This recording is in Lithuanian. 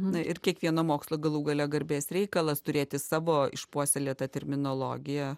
na ir kiekvieno mokslo galų gale garbės reikalas turėti savo išpuoselėtą terminologiją